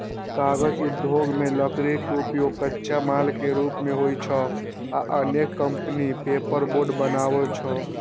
कागज उद्योग मे लकड़ी के उपयोग कच्चा माल के रूप मे होइ छै आ अनेक कंपनी पेपरबोर्ड बनबै छै